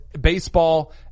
baseball